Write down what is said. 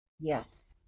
Yes